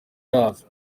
yazo